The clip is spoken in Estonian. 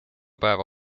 päeva